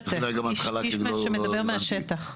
איש שמדבר מהשטח.